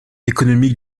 économique